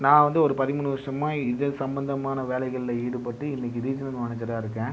நான் வந்து ஒரு பதிமூணு வருஷமாக இது சம்பந்தமான வேலைகளில் ஈடுபட்டு இன்னைக்கி ரீஜினல் மேனேஜராக இருக்கேன்